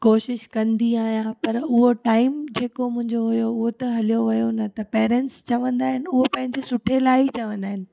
कोशिशि कंदी आहियां पर उहो टाइम मुंहिंजो जेको हुओ उहो त हलियो वियो न त पैरेंट्स चवंदा आहिनि उहो पंहिंजे सुठे लाइ ई चवंदा आहिनि